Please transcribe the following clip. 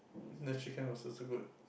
the chicken was also good